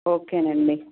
okay అండి